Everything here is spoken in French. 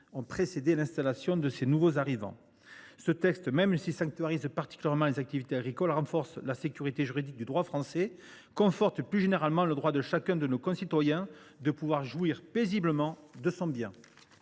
ont précédé l’installation de ces nouveaux arrivants. Même s’il sanctuarise particulièrement les activités agricoles, ce texte renforce la sécurité juridique du droit français et conforte plus généralement le droit de chacun de nos concitoyens à pouvoir jouir paisiblement de son bien.